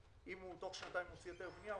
ואם תוך שנתיים הוא מוציא היתר בנייה,